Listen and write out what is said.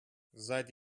сзади